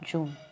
June